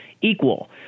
equal